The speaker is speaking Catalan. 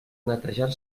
netejar